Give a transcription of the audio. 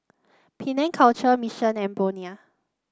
Penang Culture Mission and Bonia